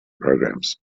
programmes